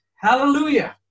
Hallelujah